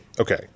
Okay